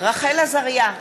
רחל עזריה,